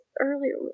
earlier